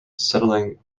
settling